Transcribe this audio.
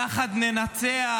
יחד ננצח,